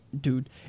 Dude